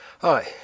Hi